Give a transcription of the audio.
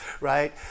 right